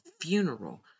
funeral